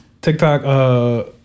TikTok